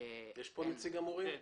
-- יש פה נציג של המורים?